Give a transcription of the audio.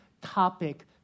topic